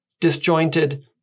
disjointed